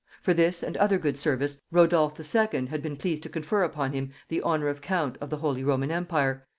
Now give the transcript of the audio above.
for this and other good service, rodolph the second had been pleased to confer upon him the honor of count of the holy roman empire,